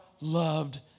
loved